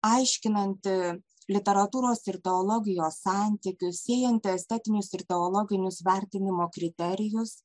aiškinanti literatūros ir teologijos santykius siejanti estetinius ir teologinius vertinimo kriterijus